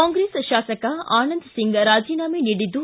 ಕಾಂಗ್ರೆಸ್ ಶಾಸಕ ಆನಂದ ಸಿಂಗ್ ರಾಜೀನಾಮೆ ನೀಡಿದ್ದು